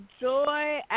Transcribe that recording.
joy